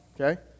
okay